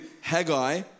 Haggai